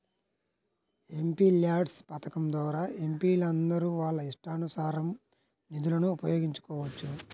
MPLADS పథకం ద్వారా ఎంపీలందరూ వాళ్ళ ఇష్టానుసారం నిధులను ఉపయోగించుకోవచ్చు